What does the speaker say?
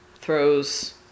throws